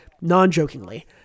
non-jokingly